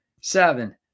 seven